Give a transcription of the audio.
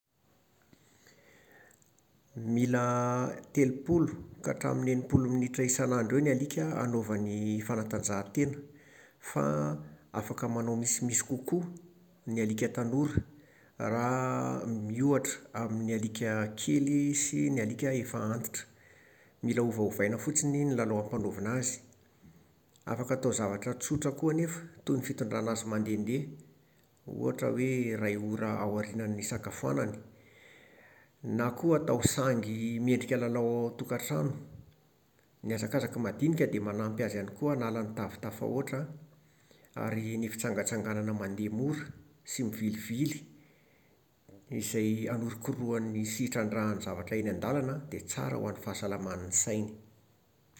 Mila telopolo ka hatramin'ny enimpolo minitra isanandro eo ny alika hanaovany fanatanjahantena. Fa afaka manao misimisy kokoa ny alika tanora raha miohatra amin'ny alika kely sy ny alika efa antitra. Mila ovaovaina fotsiny ny lalao ampanaovina azy. Afaka atao zavatra tsotra koa anefa, toy ny fitondrana azy mandehandeha. Ohatra hoe, iray ora aorian'ny nisakafoanany, na koa atao sangy miendrika lalao ao an-tokantrano. Ny hazakazaka madinika dia manampy azy ihany koa hanala ny tavy tafahoatra an. Ary ny fitsangantsanganana mandeha mora sy mivilivily, izay anorokorohany sy itrandrahany ny zavatra eny an-dàlana an, dia tsara ho an'ny fahasalaman'ny sainy